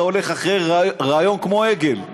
אתה הולך אחרי רעיון כמו עגל,